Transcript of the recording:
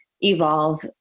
evolve